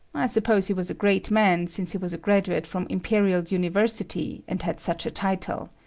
i suppose he was a great man since he was a graduate from imperial university and had such a title.